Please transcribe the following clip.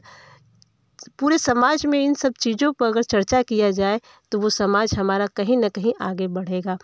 पूरे समाज में इन सब चीज़ों पर अगर चर्चा किया जाए तो वह समाज हमारा कहीं ना कहीं आगे बढ़ेगा